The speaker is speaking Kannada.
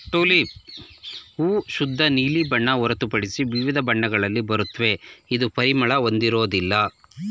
ಟುಲಿಪ್ ಹೂ ಶುದ್ಧ ನೀಲಿ ಬಣ್ಣ ಹೊರತುಪಡಿಸಿ ವಿವಿಧ ಬಣ್ಣಗಳಲ್ಲಿ ಬರುತ್ವೆ ಇದು ಪರಿಮಳ ಹೊಂದಿರೋದಿಲ್ಲ